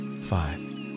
five